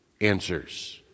answers